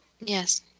Yes